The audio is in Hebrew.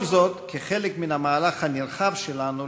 כל זאת כחלק מן המהלך הנרחב שלנו